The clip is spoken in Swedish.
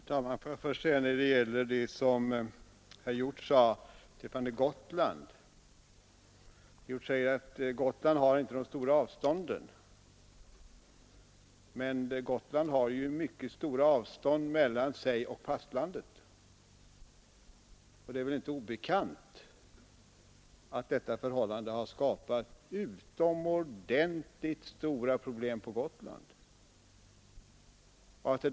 Herr talman! Får jag först säga några ord med anledning av det som herr Hjorth anförde beträffande Gotland. Herr Hjorth säger att Gotland inte har de stora avstånden. Men det är ju ett mycket stort avstånd mellan Gotland och fastlandet, och det är väl inte obekant att detta förhållande har skapat utomordentligt stora problem på Gotland.